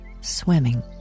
swimming